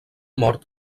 mort